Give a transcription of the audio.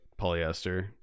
polyester